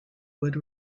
would